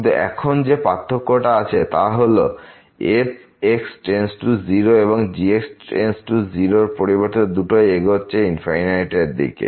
কিন্তু এখন যে পার্থক্যটা আছে তা হল fx→0 ও gx→0 র পরিবর্তে দুটোই এগোচ্ছে র দিকে